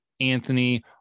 Anthony